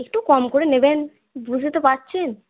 একটু কম করে নেবেন বুঝতেই তো পারছেন